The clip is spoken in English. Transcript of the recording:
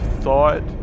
thought